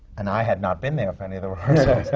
and i had not been there for any of the rehearsals!